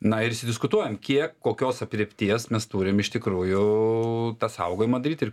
na ir išsidiskutuojam kiek kokios aprėpties mes turim iš tikrųjų tą saugojimą daryt ir